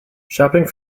shopping